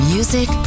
Music